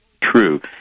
true